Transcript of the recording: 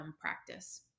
practice